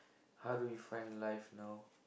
how do you find life now